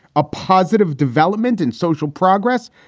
a positive development and social progress.